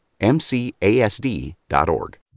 MCASD.org